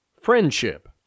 friendship